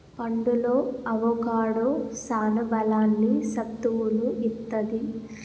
పండులో అవొకాడో సాన బలాన్ని, సత్తువును ఇత్తది